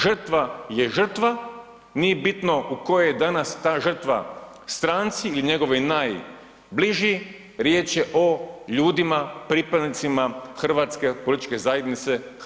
Žrtva je žrtva, nije bitno u kojoj je danas ta žrtva stranci ili njegovi najbliži, riječ je o ljudima, pripadnicima hrvatske političke zajednice Hrvatske.